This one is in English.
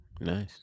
Nice